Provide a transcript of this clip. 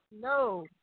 No